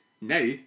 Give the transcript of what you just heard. now